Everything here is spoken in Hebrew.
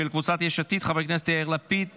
קבוצת סיעת יש עתיד: חברי הכנסת יאיר לפיד,